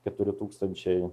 keturi tūkstančiai